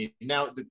Now